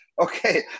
Okay